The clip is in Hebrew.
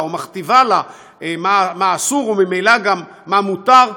ומכתיבה לה מה אסור וממילא גם מה מותר,